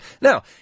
Now